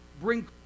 bring